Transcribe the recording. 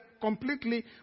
completely